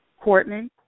Courtney